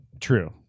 True